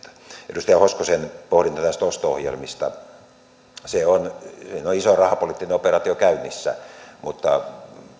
edustaja hoskosen pohdintaan näistä osto ohjelmista siinä on iso rahapoliittinen operaatio käynnissä mutta